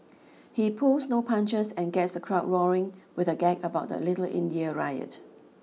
he pulls no punches and gets the crowd roaring with a gag about the Little India riot